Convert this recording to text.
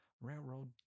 railroad